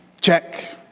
check